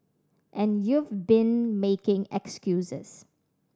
and you've been making excuses